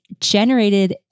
generated